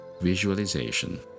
Visualization